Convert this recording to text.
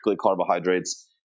carbohydrates